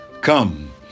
Come